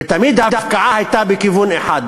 ותמיד ההפקעה הייתה בכיוון אחד.